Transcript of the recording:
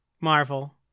Marvel